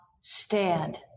stand